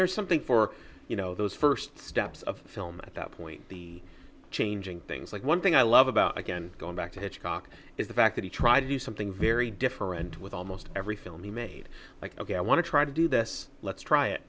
there's something for you know those first steps of film at that point the changing things like one thing i love about again going back to hitchcock is the fact that he tried to do something very different with almost every film he made like ok i want to try to do this let's try it